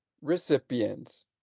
recipients